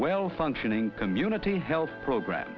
well functioning community health program